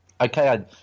Okay